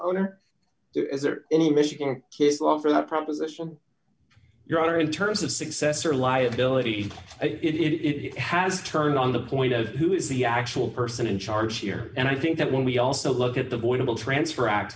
owner is there any michigan case law for that proposition your honor in terms of success or liability it has turned on the point of who is the actual person in charge here and i think that when we also look at the voidable transfer act